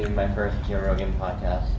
my first joe rogan podcast.